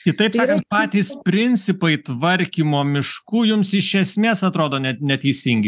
kitaip sakant patys principai tvarkymo miškų jums iš esmės atrodo net neteisingi